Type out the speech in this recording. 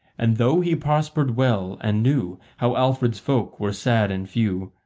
and though he prospered well, and knew how alfred's folk were sad and few,